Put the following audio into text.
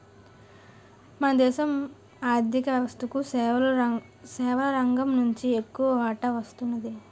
మన దేశ ఆర్ధిక వ్యవస్థకు సేవల రంగం నుంచి ఎక్కువ వాటా వస్తున్నది